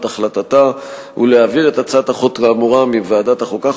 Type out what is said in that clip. את החלטתה ולהעביר את הצעת החוק האמורה מוועדת החוקה,